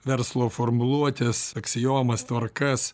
verslo formuluotes aksiomas tvarkas